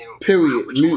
Period